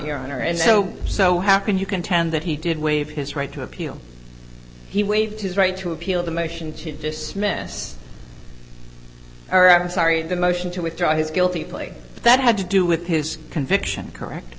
your honor and so so how can you contend that he did waive his right to appeal he waived his right to appeal the motion to dismiss or am sorry the motion to withdraw his guilty plea that had to do with his conviction correct